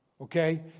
okay